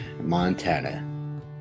Montana